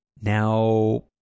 now